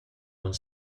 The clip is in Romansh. aunc